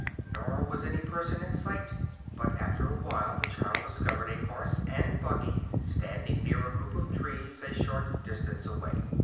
nor was any person in sight but after a while the child discovered a horse and buggy standing near a group of trees a short distance away.